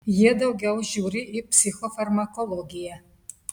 jie daugiau žiūri į psichofarmakologiją